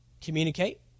Communicate